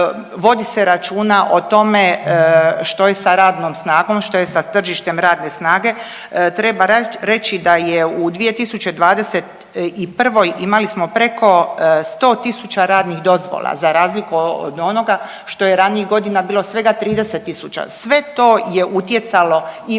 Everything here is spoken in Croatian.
vodi se računa o tome što je sa radnom snagom, što je sa tržištem radne snage. Treba reći da je u 2021., imali smo preko 100 tisuća radnih dozvola za razliku od onoga što je ranijih godina bilo svega 30 tisuća, sve to je utjecalo i